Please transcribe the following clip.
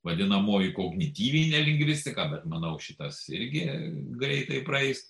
vadinamoji kognityvinė lingvistika bet manau šitas irgi greitai praeis